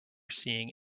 seeing